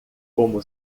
como